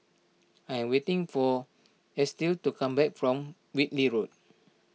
I am waiting for Estill to come back from Whitley Road